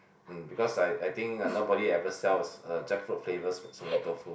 mm because I I think uh nobody ever sells a jackfruit flavour sme~ smelly tofu